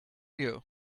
you